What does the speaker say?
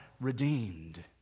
redeemed